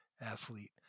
athlete